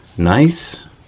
nice,